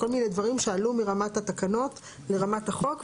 כל מיני דברים שעלו מרמת התקנות לרמת החוק,